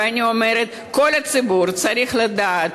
ואני אומרת, כל הציבור צריך לדעת: